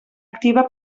activa